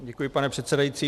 Děkuji, pane předsedající.